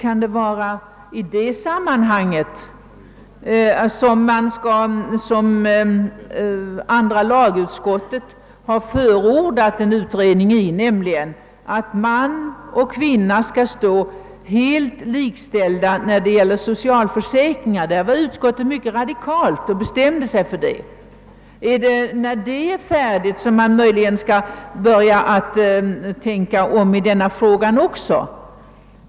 Andra lagutskottet har i annat sammanhang förordat en utredning för att skapa likställighet mellan man och kvinna när det gäller socialförsäkringar. Utskottet var därvidlag mycket radikalt. är det först när detta problem färdigbehandlats som man skall börja tänka om även i den aktuella frågan?